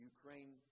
Ukraine